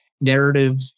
narrative